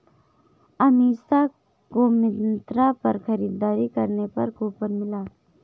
अमीषा को मिंत्रा पर खरीदारी करने पर कूपन मिला